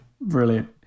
brilliant